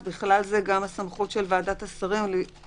אז בכלל זה גם הסמכות של ועדת השרים להחליט